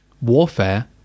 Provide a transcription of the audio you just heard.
Warfare